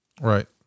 Right